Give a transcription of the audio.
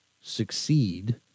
succeed